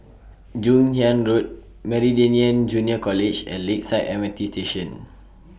Joon Hiang Road Meridian Junior College and Lakeside M R T Station